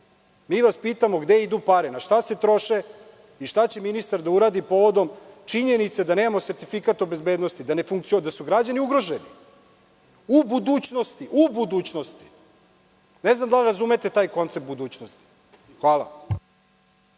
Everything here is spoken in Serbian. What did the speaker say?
vas pitamo – gde idu pare, na šta se troše i šta će ministar da uradi povodom činjenice da nemamo sertifikat o bezbednosti, da su građani ugroženi u budućnosti? Ne znam da li razumete taj koncept budućnosti? Hvala.